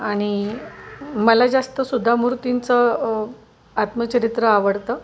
आणि मला जास्त सुधा मूर्तींचं आत्मचरित्र आवडतं